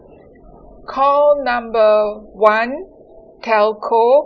call number one telco